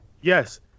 yes